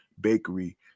Bakery